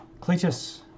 Cletus